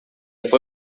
fue